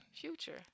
future